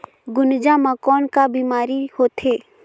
गुनजा मा कौन का बीमारी होथे?